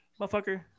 motherfucker